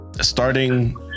starting